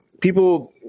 People